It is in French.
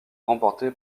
remporté